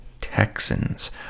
Texans